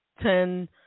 ten